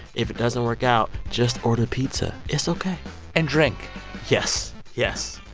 if it doesn't work out, just order pizza. it's ok and drink yes, yes.